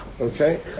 okay